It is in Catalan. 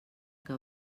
que